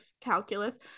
calculus